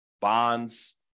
bonds